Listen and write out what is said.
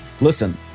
listen